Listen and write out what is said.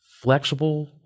flexible